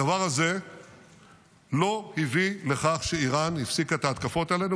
הדבר הזה לא הביא לכך שאיראן הפסיקה את ההתקפות עלינו,